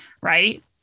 Right